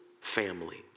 family